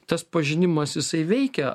tas pažinimas jisai veikia